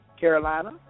Carolina